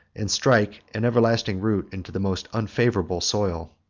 and strike an everlasting root into the most unfavorable soil.